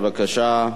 בבקשה.